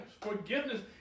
Forgiveness